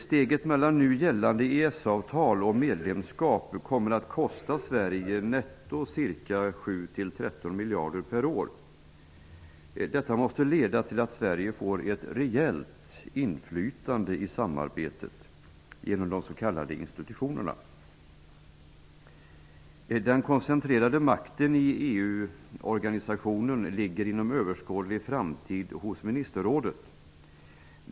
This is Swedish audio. Steget mellan det nu gällande EES-avtalet och ett medlemskap kommer att kosta Sverige netto 7--13 miljarder per år. Detta måste leda till att Sverige får ett reellt inflytande i samarbetet, genom de s.k. Den koncentrerade makten i EU-organisationen ligger inom överskådlig framtid hos ministerrådet.